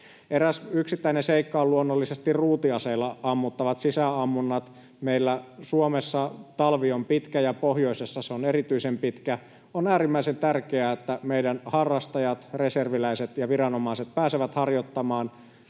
Eräs yksittäinen seikka on luonnollisesti ruutiaseilla ammuttavat sisäammunnat. Meillä Suomessa talvi on pitkä, ja pohjoisessa se on erityisen pitkä. On äärimmäisen tärkeää, että meidän harrastajat, reserviläiset ja viranomaiset pääsevät harjoittamaan